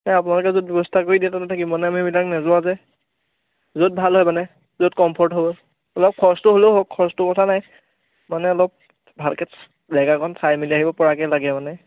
আপোনালোকে যদি ব্যৱস্থা কৰি দিয়ে ত'তে থাকিম মানে আমি এইবিলাক নোযোৱা যে য'ত ভাল হয় মানে য'ত কমফ'ৰ্ট হ'ব অলপ খৰচটো হ'লেও হওক খৰচটোৰ কথা নাই মানে অলপ ভালকৈ জেগাকণ চাই মেলি আহিব পৰাকৈ লাগে মানে